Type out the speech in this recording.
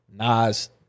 Nas